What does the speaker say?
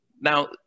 now